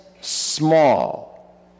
small